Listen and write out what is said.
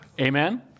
Amen